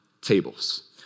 tables